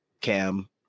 Cam